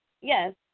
yes